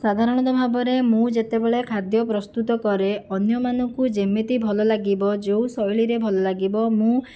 ସାଧାରଣତଃ ଭାବରେ ମୁଁ ଯେତେବେଳେ ଖାଦ୍ୟ ପ୍ରସ୍ତୁତ କରେ ଅନ୍ୟମାନଙ୍କୁ ଯେମିତି ଭଲ ଲାଗିବ ଯେଉଁ ଶୈଳୀରେ ଭଲ ଲାଗିବ ମୁଁ